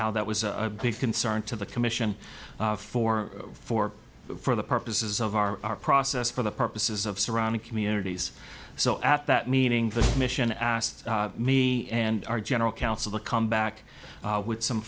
how that was a big concern to the commission for for for the purposes of our process for the purposes of surrounding communities so at that meaning the mission asked me and our general counsel to come back with some